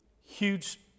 huge